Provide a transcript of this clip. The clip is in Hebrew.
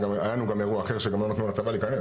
היה לנו גם אירוע אחר שגם לא נתנו לצבע להיכנס.